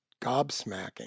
gobsmacking